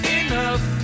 enough